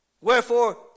Wherefore